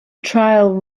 trial